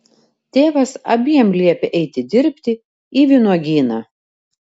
tėvas abiem liepia eiti dirbti į vynuogyną